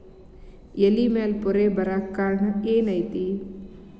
ಎಲೆ ಮ್ಯಾಲ್ ಪೊರೆ ಬರಾಕ್ ಕಾರಣ ಏನು ಐತಿ?